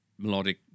Melodic